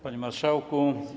Panie Marszałku!